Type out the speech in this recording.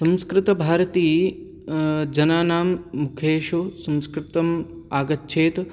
संस्कृभारती जनानां मुखेषु संस्कृतम् आगच्छेत्